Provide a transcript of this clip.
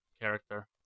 character